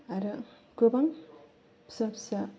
आरो गोबां फिसा फिसा